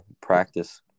practice